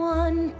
one